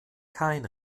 kein